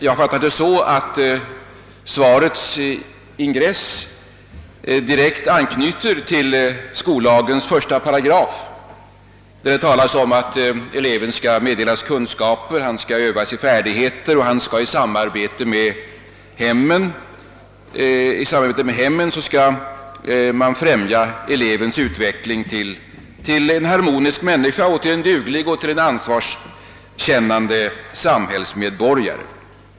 Jag fattar det hela så att svarets ingress direkt anknyter till skollagens första paragraf, där det talas om att man skall meddela eleven kunskaper, öva honom i färdigheter och i samarbete med hemmet främja hans utveckling till en harmonisk människa och en duglig och ansvarskännande samhällsmedborgare.